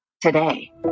today